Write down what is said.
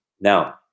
now